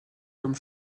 comme